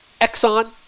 Exxon